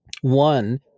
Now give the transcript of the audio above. One